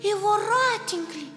į voratinklį